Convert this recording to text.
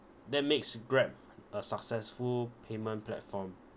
that makes Grab a successful payment platform